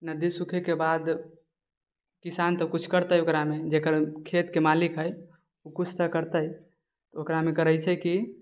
नदी सुखैके बाद किसान तब किछु करतै ओकरामे जकर खेतके मालिक है ओ कुछ तऽ करतै ओकरामे करै छै की